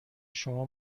شما